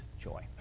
joy